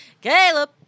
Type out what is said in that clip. Caleb